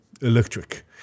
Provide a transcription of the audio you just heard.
electric